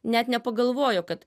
net nepagalvojo kad